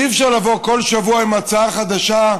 אי-אפשר לבוא כל שבוע עם הצעה חדשה,